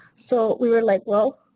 so we were like, well,